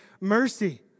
mercy